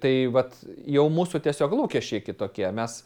tai vat jau mūsų tiesiog lūkesčiai kitokie mes